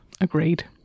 Agreed